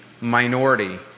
minority